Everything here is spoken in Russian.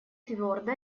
твердо